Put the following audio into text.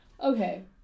Okay